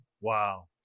Wow